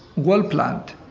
well planned,